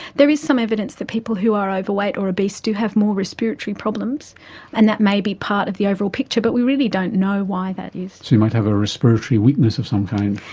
there is some evidence that people who are overweight or obese do have more respiratory problems and that may be part of the overall picture, but we really don't know why that is. so you might have a respiratory weakness of some kind.